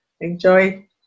enjoy